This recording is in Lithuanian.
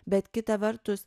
bet kita vertus